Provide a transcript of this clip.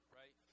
right